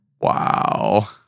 Wow